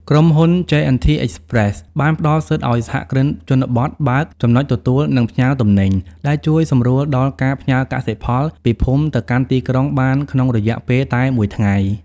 ក្រុមហ៊ុន ជេអែនធី អ៊ិចប្រេស (J&T Express) បានផ្ដល់សិទ្ធិឱ្យសហគ្រិនជនបទបើក "ចំណុចទទួល និងផ្ញើទំនិញ" ដែលជួយសម្រួលដល់ការផ្ញើកសិផលពីភូមិទៅកាន់ទីក្រុងភ្នំពេញបានក្នុងរយៈពេលតែមួយថ្ងៃ។